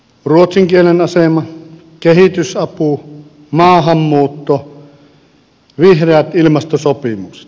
ruotsin kielen asema kehitysapu maahanmuutto vihreät ilmastosopimukset